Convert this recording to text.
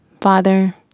Father